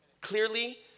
clearly